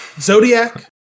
Zodiac